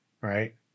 Right